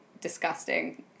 disgusting